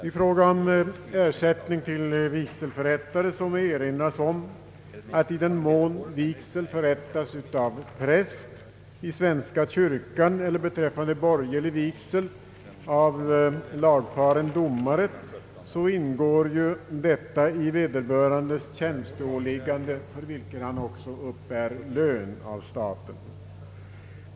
I fråga om ersättning till vigselförrättare må erinras om att i den mån vigsel förrättas av präst i svenska kyrkan eller, beträffande borgerlig vigsel, av lagfaren domare, ingår detta i vederbörandes tjänsteåliggande, för vilket han också uppbär lön av staten.